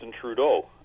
Trudeau